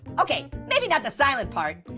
okay, maybe not the silent part.